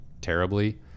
terribly